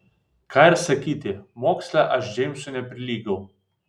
ką ir sakyti moksle aš džeimsui neprilygau